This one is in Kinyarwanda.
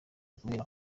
kubera